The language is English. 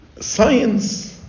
science